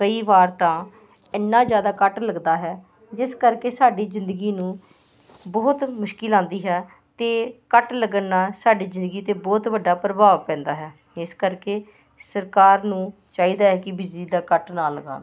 ਕਈ ਵਾਰ ਤਾਂ ਇੰਨਾ ਜ਼ਿਆਦਾ ਕੱਟ ਲੱਗਦਾ ਹੈ ਜਿਸ ਕਰਕੇ ਸਾਡੀ ਜ਼ਿੰਦਗੀ ਨੂੰ ਬਹੁਤ ਮੁਸ਼ਕਿਲ ਆਉਂਦੀ ਹੈ ਅਤੇ ਕੱਟ ਲੱਗਣ ਨਾਲ ਸਾਡੀ ਜ਼ਿੰਦਗੀ 'ਤੇ ਬਹੁਤ ਵੱਡਾ ਪ੍ਰਭਾਵ ਪੈਂਦਾ ਹੈ ਇਸ ਕਰਕੇ ਸਰਕਾਰ ਨੂੰ ਚਾਹੀਦਾ ਹੈ ਕਿ ਬਿਜਲੀ ਦਾ ਕੱਟ ਨਾ ਲਗਾਉਣ